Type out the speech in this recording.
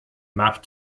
map